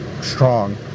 strong